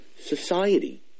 society